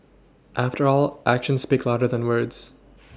after all actions speak louder than words